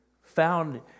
found